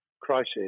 Crisis